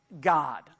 God